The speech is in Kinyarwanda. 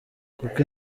kuko